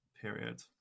Period